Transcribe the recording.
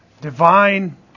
divine